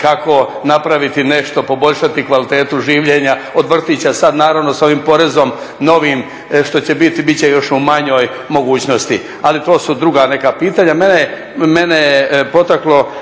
kako napraviti nešto, poboljšati kvalitetu življenja od vrtića. Sad naravno s ovim porezom novim što će biti bit će još u manjoj mogućnosti. Ali to su druga neka pitanja. Mene je potaklo